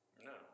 No